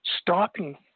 stopping